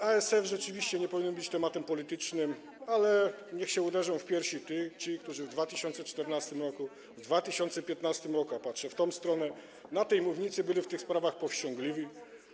ASF rzeczywiście nie powinien być tematem politycznym, ale niech się uderzą w piersi ci, którzy w 2014 r., w 2015 r. - patrzę w tę stronę - na tej mównicy byli w tych sprawach powściągliwi.